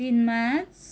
तिन मार्च